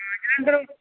ਐਧਰੋ